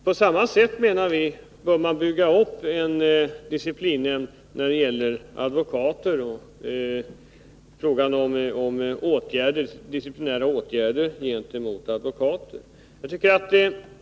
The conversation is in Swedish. På samma sätt bör man, menar vi, bygga upp en disciplinnämnd när det gäller frågan om disciplinära åtgärder gentemot advokater.